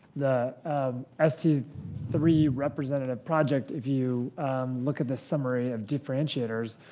the s t three representative project, if you look at the summary of differentiators,